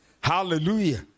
Hallelujah